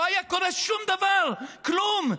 לא היה קורה שום דבר, כלום.